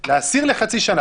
מצד שני,